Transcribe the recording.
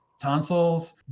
tonsils